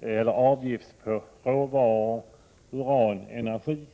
eller avgift på råvaror, uran och energi.